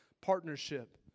partnership